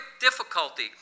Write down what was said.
difficulty